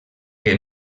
que